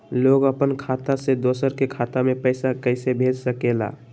लोग अपन खाता से दोसर के खाता में पैसा कइसे भेज सकेला?